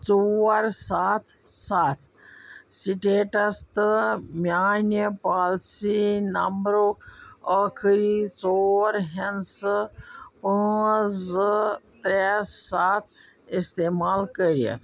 ژور سَتھ سَتھ سِٹیٚٹس تہٕ میٛانہِ پالیسی نبمرُک ٲخری ژور ہِنٛدسہٕ پٲنٛژھ زٕ ترٛےٚ سَتھ اِستعمال کٔرِتھ